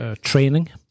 training